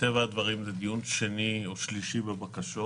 מטבע הדברים, זה דיון שני או שלישי בבקשות